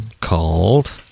called